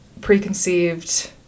preconceived